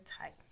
type